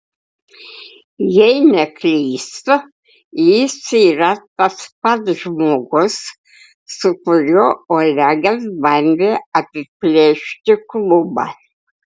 jei neklystu jis yra tas pats žmogus su kuriuo olegas bandė apiplėšti klubą